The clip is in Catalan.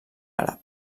àrab